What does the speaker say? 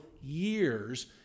years